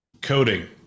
coding